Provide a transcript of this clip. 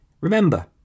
Remember